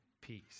peace